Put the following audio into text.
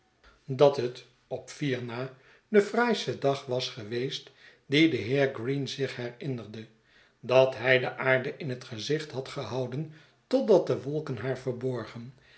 dat het op sohetsen van boz vier na de fraaiste dag was geweest dien de heer green zich herinnerde dat hy de aarde in het gezicht had gehouden totdat de wolken haar verborgen